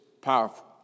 powerful